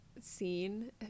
scene